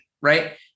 right